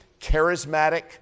charismatic